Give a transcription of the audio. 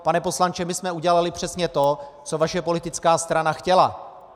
Pane poslanče, my jsme udělali přesně to, co vaše politická strana chtěla.